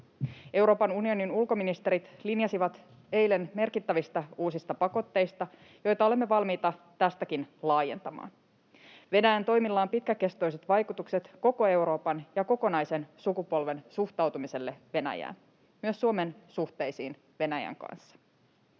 Euroopan unionin ulkoministerit linjasivat eilen merkittävistä uusista pakotteista, joita olemme valmiita tästäkin laajentamaan. Venäjän toimilla on pitkäkestoiset vaikutukset koko Euroopan ja kokonaisen sukupolven suhtautumiseen Venäjään — myös Suomen suhteisiin Venäjän kanssa.